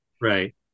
right